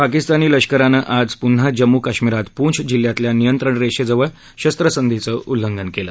पाकिस्तानी लष्करानं आज पुन्हा जम्मू काश्मीरात पूंछ जिल्ह्यातल्या नियंत्रण रेषेवर शस्त्रसंधीचं उल्लंघन केलं